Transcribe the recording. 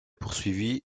poursuivit